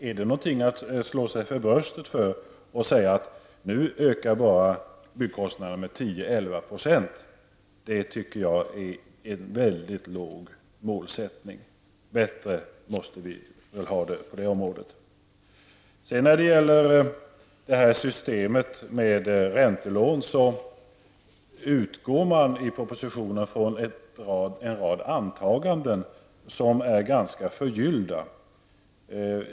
Är det något att slå sig för bröstet för och säga att nu ökar bara byggkostnaderna med 10--11 %? Det tycker jag är en låg målsättning. Bättre måste vi väl ha det på det området. När det gäller systemet med räntelån utgår man i propositionen från en rad antaganden som är ganska förgyllda.